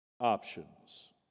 options